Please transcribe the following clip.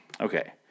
Okay